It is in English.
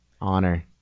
honor